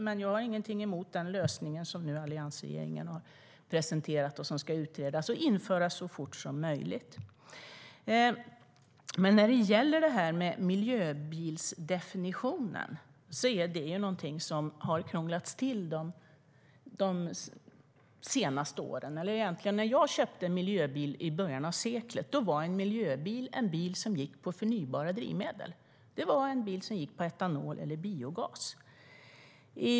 Jag har dock inget emot den lösning som Alliansen har presenterat och som ska utredas och införas så fort som möjligt. Miljöbilsdefinitionen har krånglats till de senaste åren. När jag köpte miljöbil i början av seklet var en miljöbil en bil som gick på förnybara drivmedel. Det var en bil som gick på etanol eller biogas.